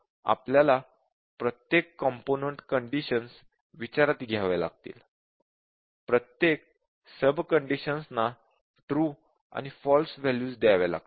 आपल्याला प्रत्येक component conditions विचारात घ्याव्या लागतील प्रत्येक सब कंडिशन्स ना ट्रू आणि फॉल्स वॅल्यूज द्याव्या लागतील